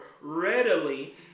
readily